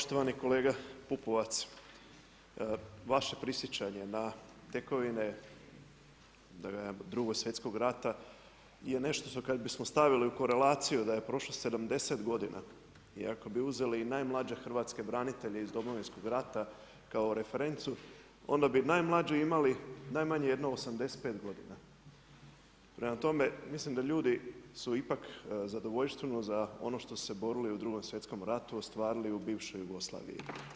Poštovani kolega Pupovac, vaše prisjećanje na tekovine, da ne kažem, 2.sv.rata, je nešto kad bismo stavili u korelaciju da je prošlo 70 g. i ako bi uzeli i najmlađe hrvatske branitelje iz Domovinskog rata kao referencu, onda bi najmlađi imali najmanje jedno 85 g. Prema tome, mislim da ljudi su ipak zadovoljštinu, za ono što su se borili u 2 sv. ratu ostavili u bivšoj Jugoslaviji.